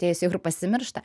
atėjus jau ir pasimiršta